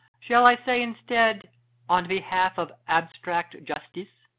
shall i say instead on behalf of abstract justice?